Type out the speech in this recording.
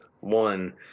one